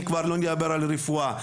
לא נדבר על רפואה,